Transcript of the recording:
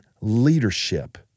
leadership